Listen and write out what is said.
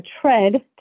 tread